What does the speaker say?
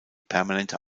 permanente